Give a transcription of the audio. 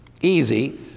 easy